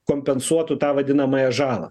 kompensuotų tą vadinamąją žalą